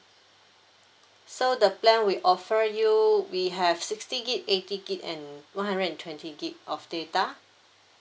so the plan we offer you we have sixty gig eighty gig and one hundred and twenty gig of data